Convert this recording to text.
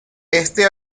este